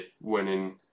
winning